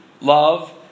love